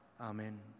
Amen